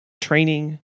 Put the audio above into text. training